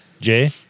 Jay